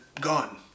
gone